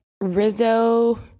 Rizzo